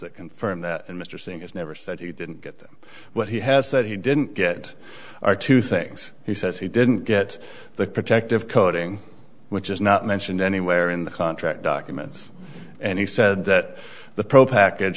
that confirm that and mr singh has never said he didn't get them what he has said he didn't get are two things he says he didn't get the protective coating which is not mentioned anywhere in the contract documents and he said that the pro package